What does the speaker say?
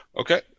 Okay